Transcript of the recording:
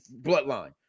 bloodline